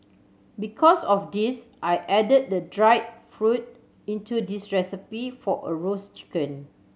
because of this I added the dried fruit into this recipe for a roast chicken